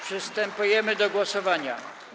Przystępujemy do głosowania.